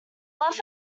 love